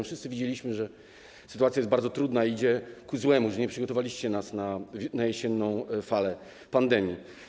Wszyscy widzieliśmy, że sytuacja jest bardzo trudna, idzie ku złemu, że nie przygotowaliście nas na jesienną falę pandemii.